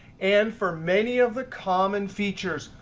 and for many of the common features,